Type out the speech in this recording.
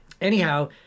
Anyhow